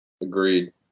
Agreed